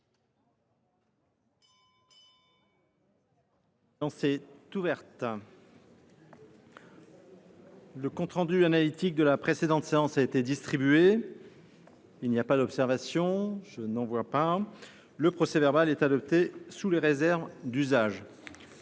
Le procès verbal est adopté sous les réserves d’usage.